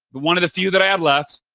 one of the few that i have left,